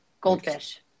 goldfish